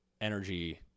energy